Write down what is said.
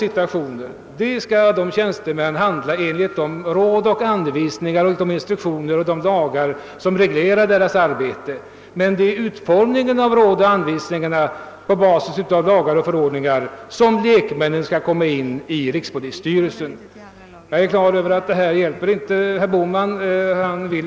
Sådana frågor skall tjänstemännen handlägga enligt de råd och anvisningar, instruktioner och lagar som reglerar deras arbete. Men det är när det gäller utformningen av dessa råd och anvisningar på basis av gällande lagar och förordningar som lekmännen i rikspolisstyrelsen skall komma in i bilden. Jag är på det klara med att vad jag nu sagt inte kommer att hjälpa herr Bohman att ta ställning för förslaget.